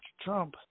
Trump